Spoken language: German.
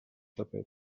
dabei